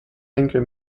henkel